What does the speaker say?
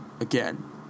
again